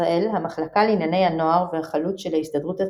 ישראל המחלקה לענייני הנוער והחלוץ של ההסתדרות הציונית,